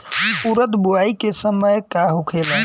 उरद बुआई के समय का होखेला?